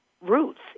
roots